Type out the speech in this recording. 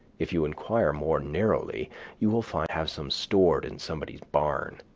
if you inquire more narrowly you will find have some stored in somebody's barn.